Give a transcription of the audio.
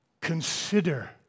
consider